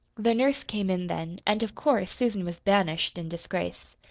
the nurse came in then, and of course susan was banished in disgrace.